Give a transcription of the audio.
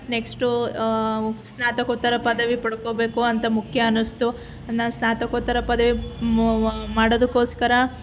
next ಸ್ನಾತಕೋತ್ತರ ಪದವಿ ಪಡ್ಕೋಬೇಕು ಅಂತ ಮುಖ್ಯ ಅನ್ನಿಸ್ತು ನಾನು ಸ್ನಾತಕೋತ್ತರ ಪದವಿ ಮಾಡೋದಕ್ಕೋಸ್ಕರ